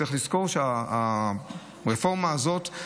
צריך לזכור שהרפורמה הזאת,